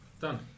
Done